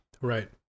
Right